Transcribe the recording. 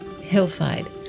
hillside